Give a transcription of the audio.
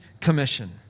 Commission